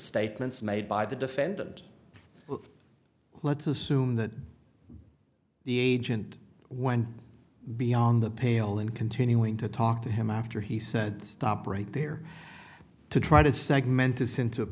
statements made by the defendant well let's assume that the agent went beyond the pale in continuing to talk to him after he said stop right there to try to segment